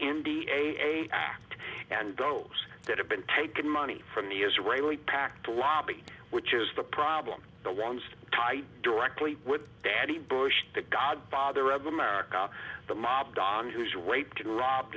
pact and those that have been taken money from the israeli pac to lobby which is the problem the ones tied directly with daddy bush the godfather of america the mob don who's raped and robbed